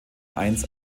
eins